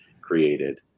created